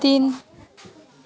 तिन